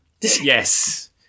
Yes